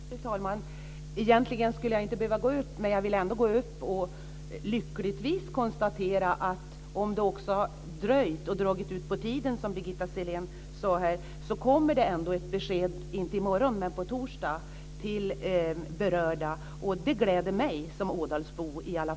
Fru talman! Egentligen skulle jag inte behöva gå upp, men jag vill lyckligtvis konstatera att även om det har dröjt och dragit ut på tiden, som Birgitta Sellén sade, kommer det ändå ett besked på torsdag till de berörda. Det gläder mig som ådalsbo.